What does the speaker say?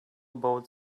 about